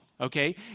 okay